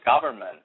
government